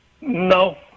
No